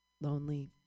Lonely